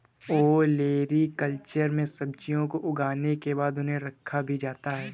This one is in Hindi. ओलेरीकल्चर में सब्जियों को उगाने के बाद उन्हें रखा भी जाता है